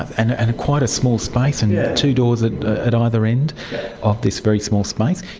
and and quite a small space, and yeah two doors at at either end of this very small space.